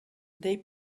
they